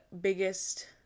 biggest